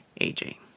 AJ